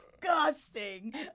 disgusting